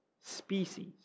Species